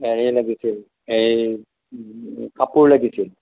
হেৰি লাগিছিল এই কাপোৰ লাগিছিল